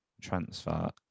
transfer